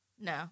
No